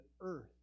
earth